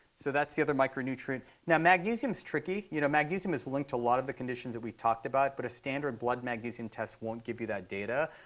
so that's the other micronutrient. now magnesium is tricky. you know, magnesium is linked to a lot of the conditions that we talked about. but a standard blood magnesium test won't give you that data.